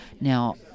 Now